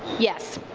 yes.